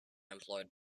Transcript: employed